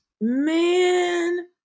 man